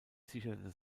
sicherte